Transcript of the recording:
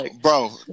Bro